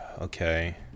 Okay